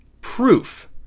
proof